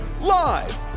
live